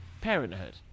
parenthood